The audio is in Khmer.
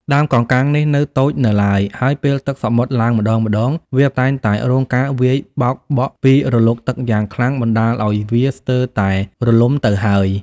ដើមកោងកាងនេះនៅតូចនៅឡើយ ហើយពេលទឹកសមុទ្រឡើងម្ដងៗ វាតែងតែរងនូវការវាយបោកបក់ពីរលកទឹកយ៉ាងខ្លាំងបណ្ដាលឲ្យវាស្ទើរតែរលំទៅហើយ។